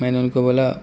میں نے ان کو بولا